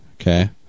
Okay